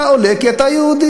אתה עולה כי אתה יהודי.